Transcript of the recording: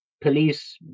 Police